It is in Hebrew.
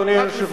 אדוני היושב-ראש,